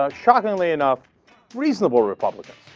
ah shockingly enough reasonable republican